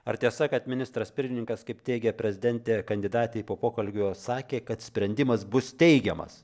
ar tiesa kad ministras pirmininkas kaip teigė prezidentė kandidatei po pokalbio sakė kad sprendimas bus teigiamas